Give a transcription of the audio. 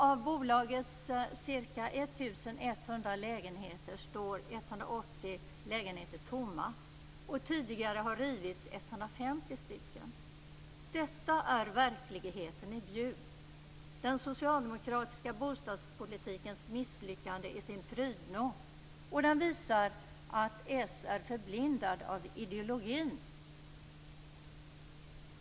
Av bolagets ca 1 100 lägenheter står 180 tomma, och tidigare har 150 rivits. Detta är verkligheten i Bjuv! Det är den socialdemokratiska bostadspolitikens misslyckande i sin prydno, och det visar att s är förblindat av ideologin.